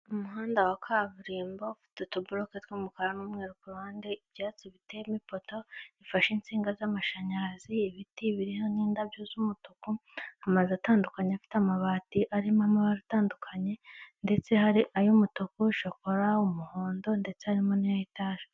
Umugore wambaye ikanzu y'igitenge ahagaze mu nzu ikorerwamo ubucuruzi bw'imyenda idoze, nayo imanitse ku twuma dufite ibara ry'umweru, hasi no hejuru ndetse iyo nzu ikorerwamo ubucuruzi ifite ibara ry'umweru ndetse n'inkingi zishinze z'umweru zifasheho iyo myenda imanitse.